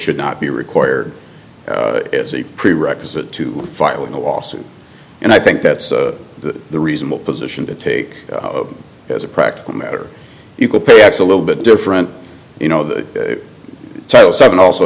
should not be required as a prerequisite to filing a lawsuit and i think that's the the reasonable position to take as a practical matter equal pay outs a little bit different you know the title seven also